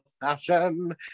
fashion